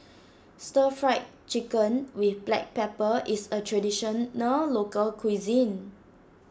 Stir Fried Chicken with Black Pepper is a Traditional Local Cuisine